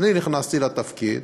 אני נכנסתי לתפקיד,